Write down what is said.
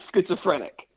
schizophrenic